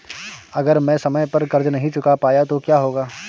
अगर मैं समय पर कर्ज़ नहीं चुका पाया तो क्या होगा?